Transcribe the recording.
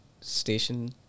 station